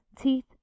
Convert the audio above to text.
teeth